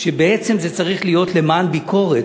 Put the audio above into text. שבעצם זה צריך להיות למען הביקורת,